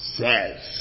says